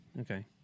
Okay